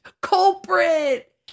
Culprit